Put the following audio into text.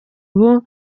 ubu